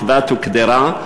מחבת וקדירה,